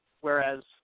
whereas